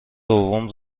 دوم